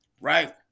right